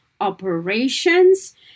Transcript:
operations